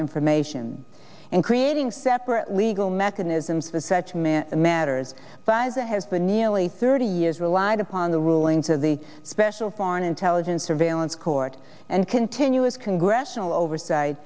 information and creating separate legal mechanisms the such men matters but as it has been nearly thirty years relied upon the rulings of the special foreign intelligence surveillance court and continuous congressional oversight